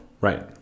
Right